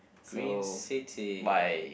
green city